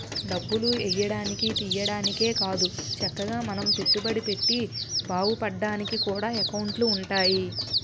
డబ్బులు ఎయ్యడానికి, తియ్యడానికే కాదు చక్కగా మనం పెట్టుబడి పెట్టి బావుపడ్డానికి కూడా ఎకౌంటులు ఉంటాయి